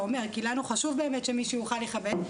אומר כי לנו חשוב באמת שמישהו יוכל לכבד,